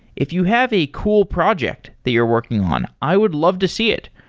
if you have a cool project that you're working on, i would love to see it.